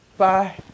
Bye